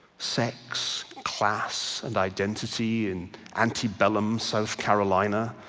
sex, class, and identity and antebellum south carolina,